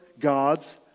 God's